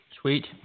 Sweet